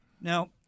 Now